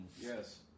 Yes